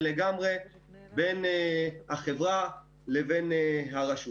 זה לגמרי בין החברה לבין הרשות.